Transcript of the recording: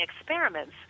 experiments